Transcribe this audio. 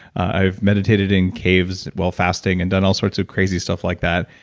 i've meditated in caves while fasting, and done all sorts of crazy stuff like that.